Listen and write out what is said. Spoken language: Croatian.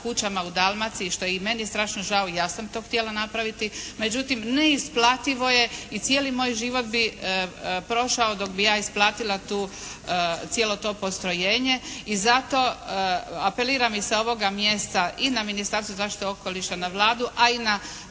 kućama u Dalmaciji što je i meni strašno žao i ja sam to htjela napraviti, međutim neisplativo je i cijeli moj život bi prošao dok bih ja isplatila cijelo to postrojenje i zato apeliram i sa ovoga mjesta i na Ministarstvo za zaštitu okoliša, na Vladu, a i na